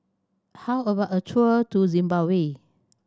how about a tour to Zimbabwe